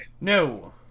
No